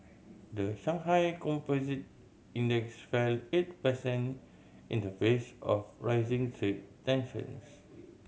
the Shanghai Composite Index fell eight percent in the face of rising trade tensions